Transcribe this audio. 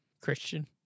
Christian